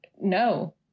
no